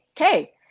Okay